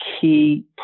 key